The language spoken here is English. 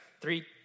three